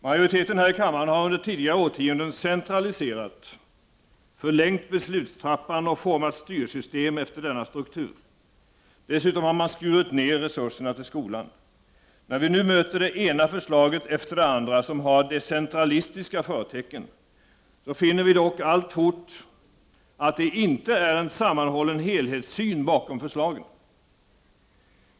Majoriteten här i kammaren har under tidigare årtionden centraliserat, förlängt beslutstrappan och format styrsystem efter denna struktur. Dessutom har man skurit ner resurserna till skolan. När vi nu möter det ena förslaget efter det andra, som har decentralistiska förtecken, finner vi dock alltfort att det inte är en sammanhållen helhetssyn bakom förslagen.